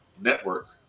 Network